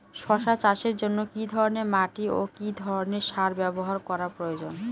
শশা চাষের জন্য কি ধরণের মাটি ও কি ধরণের সার ব্যাবহার করা প্রয়োজন?